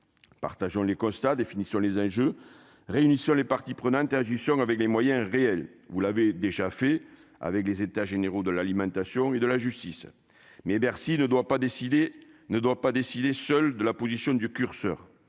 partageant les Costa définition les âges réunissant les parties prenantes à la gestion avec les moyens réels, vous l'avez déjà fait avec les états généraux de l'alimentation et de la justice, mais Bercy ne doit pas décider ne doit pas décider